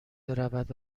برود